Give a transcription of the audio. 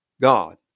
God